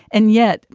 and yet,